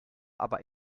aber